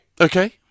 Okay